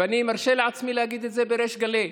ואני מרשה לעצמי להגיד את זה בריש גלי.